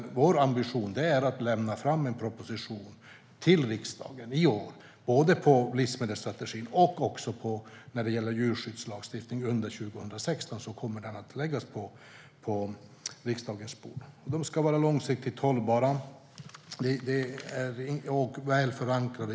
Vår ambition är att lägga fram en proposition i år, både när det gäller livsmedelsstrategin och när det gäller djurskydd. Under 2016 kommer den att läggas på riksdagens bord. Det ska vara långsiktigt hållbart och väl förankrat.